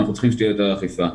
אנחנו צריכים שתהיה יותר אכיפה.